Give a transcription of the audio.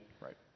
right